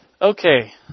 Okay